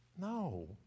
No